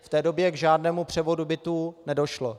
V té době k žádnému převodu bytů nedošlo.